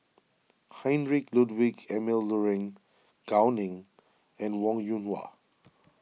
Heinrich Ludwig Emil Luering Gao Ning and Wong Yoon Wah